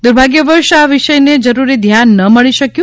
દુર્ભાગ્યવશ આ વિષયન જરૂરી ધ્યાન ન મળી શક્યું